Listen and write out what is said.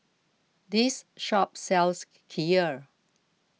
this shop sells Kheer